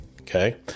okay